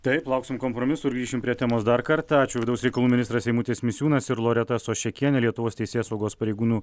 taip lauksim kompromisų ir grįšim prie temos dar kartą ačiū vidaus reikalų ministras eimutis misiūnas ir loreta soščekienė lietuvos teisėsaugos pareigūnų